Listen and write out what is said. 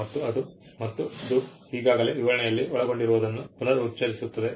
ಮತ್ತು ಇದು ಈಗಾಗಲೇ ವಿವರಣೆಯಲ್ಲಿ ಒಳಗೊಂಡಿರುವದನ್ನು ಪುನರುಚ್ಚರಿಸುತ್ತದೆ